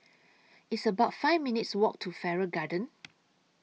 It's about five minutes' Walk to Farrer Garden